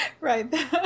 Right